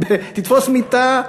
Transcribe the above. תתפוס מיטה,